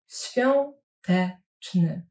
świąteczny